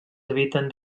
habiten